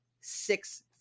six